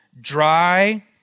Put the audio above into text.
dry